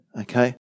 Okay